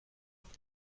con